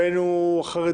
בין אם הם חרדים,